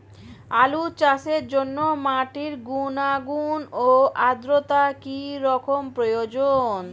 আলু চাষের জন্য মাটির গুণাগুণ ও আদ্রতা কী রকম প্রয়োজন?